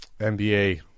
NBA